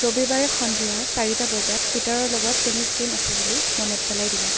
ৰবিবাৰে সন্ধিয়া চাৰিটা বজাত পিটাৰৰ লগত টেনিছ গেইম আছে বুলি মনত পেলাই দিবা